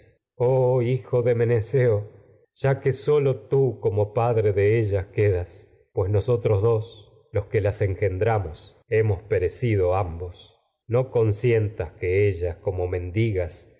oh hijo de padre de ellas quedas meneceo ya que sólo tú como pues nosotros dos los que las engendramos hemos perecido ambos no consientas que ellas como